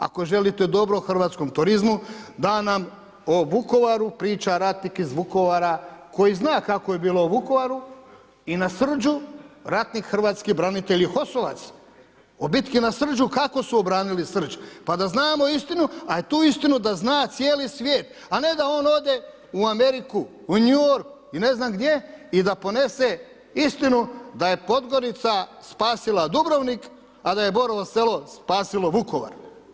Ako želite dobro hrvatskom turizmu da nam o Vukovaru priča ratnih iz Vukovara koji zna kako je bilo u Vukovaru i na Srđu, ratnik hrvatski branitelj … o bitki na Srđu kako su obranili Srđ, da znamo istinu, a tu istinu da zna cijeli svijet, a ne da on ode u Ameriku, u New York ili ne znam gdje i da ponese istinu da je Podgorica spasila Dubrovnik, a da je Borovo Selo spasilo Vukovar.